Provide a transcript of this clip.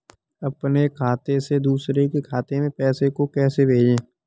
अपने खाते से दूसरे के खाते में पैसे को कैसे भेजे?